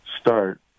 start